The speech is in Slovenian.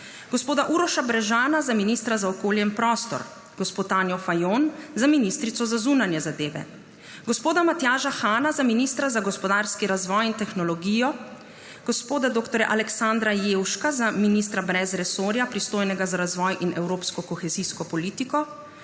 gospoda Uroša Brežana za ministra za okolje in prostor, gospo Tanjo Fajon za ministrico za zunanje zadeve, gospoda Matjaža Hana za ministra za gospodarski razvoj in tehnologijo, gospoda dr. Aleksandra Jevška za ministra brez resorja, pristojnega za razvoj in evropsko kohezijsko politiko,